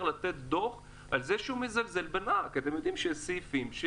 לתת לנהג דוח על זה שהוא מזלזל בשאר הנהגים.